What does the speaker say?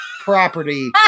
property